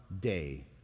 day